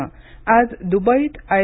नं आज दुबईत आय